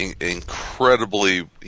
incredibly